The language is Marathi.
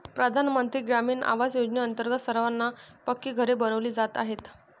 प्रधानमंत्री ग्रामीण आवास योजनेअंतर्गत सर्वांना पक्की घरे बनविली जात आहेत